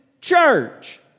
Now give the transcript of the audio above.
church